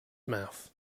mouth